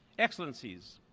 excellencies,